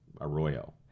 Arroyo